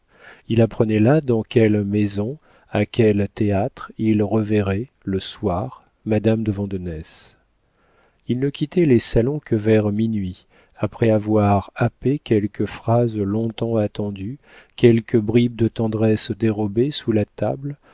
il apprenait là dans quelle maison à quel théâtre il reverrait le soir madame de vandenesse il ne quittait les salons que vers minuit après avoir happé quelques phrases long-temps attendues quelques bribes de tendresse dérobées sous la table